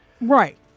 Right